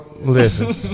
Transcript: listen